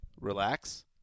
Relax